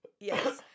Yes